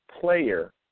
player